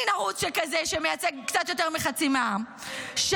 מין ערוץ שכזה שמייצג קצת יותר מחצי מהעם -- כן.